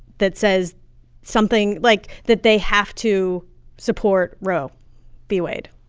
that says something like that they have to support roe v. wade?